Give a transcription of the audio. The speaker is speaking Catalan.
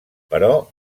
però